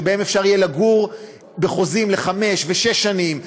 שבהן אפשר יהיה לגור בחוזים לחמש ושש שנים,